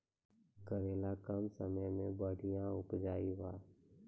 करेला कम समय मे बढ़िया उपजाई बा?